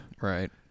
Right